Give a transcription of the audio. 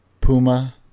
Puma